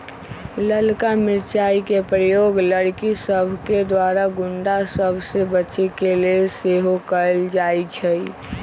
ललका मिरचाइ के प्रयोग लड़कि सभके द्वारा गुण्डा सभ से बचे के लेल सेहो कएल जाइ छइ